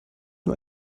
nur